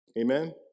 Amen